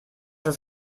das